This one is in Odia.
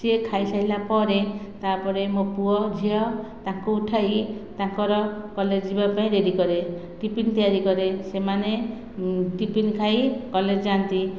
ସିଏ ଖାଇସାରିଲା ପରେ ତା'ପରେ ମୋ' ପୁଅ ଝିଅ ତାଙ୍କୁ ଉଠାଇ ତାଙ୍କର କଲେଜ ଯିବା ପାଇଁ ରେଡ଼ି କରେ ଟିଫିନ୍ ତିଆରି କରେ ସେମାନେ ଟିଫିନ୍ ଖାଇ କଲେଜ ଯାଆନ୍ତି